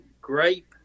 grape